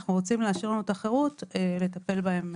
אנחנו רוצים להשאיר לנו את החירות לטפל בהם.